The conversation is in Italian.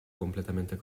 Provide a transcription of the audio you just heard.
completamente